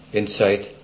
insight